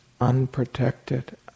unprotected